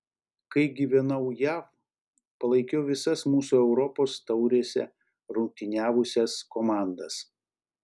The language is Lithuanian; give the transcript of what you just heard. kai gyvenau jav palaikiau visas mūsų europos taurėse rungtyniavusias komandas